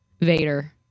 Vader